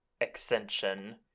Extension